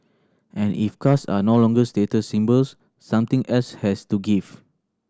and if cars are no longer status symbols something else has to give